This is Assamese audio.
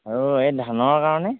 আৰু এই ধানৰ কাৰণে